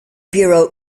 bureau